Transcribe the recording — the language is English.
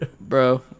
Bro